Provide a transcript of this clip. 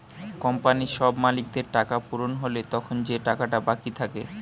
কোম্পানির সব মালিকদের টাকা পূরণ হলে তখন যে টাকাটা বাকি থাকে